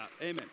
Amen